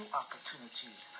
opportunities